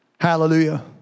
Hallelujah